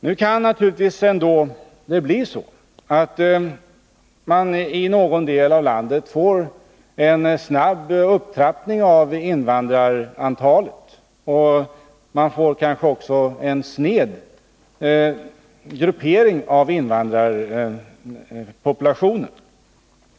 Det kan naturligtvis ändå bli så att man i någon del av landet får en snabb upptrappning av invandrarantalet och kanske också en sned gruppering av invandrarpopulationen.